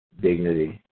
dignity